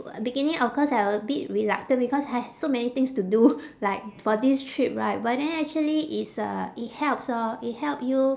beginning of course I w~ bit reluctant because I have so many things to do like for this trip right but then actually it's uh it helps orh it help you